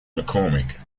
mccormick